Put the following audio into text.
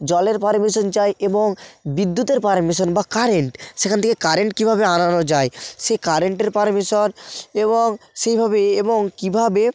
জলের পারমিশন চাই এবং বিদ্যুতের পারমিশন বা কারেন্ট সেখান থেকে কারেন্ট কীভাবে আনানো যায় সে কারেন্টের পারমিশন এবং সেইভাবে এবং কীভাবে